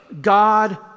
God